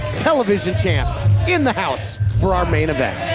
television champ in the house for our main event.